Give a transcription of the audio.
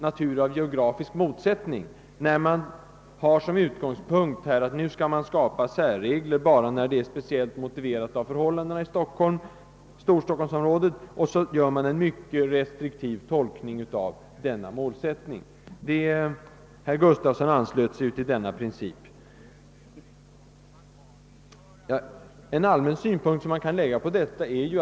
Detta tar sig uttryck i att man har som utgångspunkt att skapa särregler endast när detta är motiverat av de speciella förhållandena i storstockholmsområdet, och att man sedan gör en mycket restriktiv tolkning av denna målsättning. Herr Gustafsson i Barkarby anslöt ju sig till denna princip.